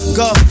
go